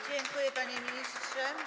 Dziękuję, panie ministrze.